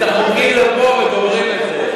רק הצעת החוק או, את החוקים לפה, וגומרים את זה.